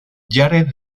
jared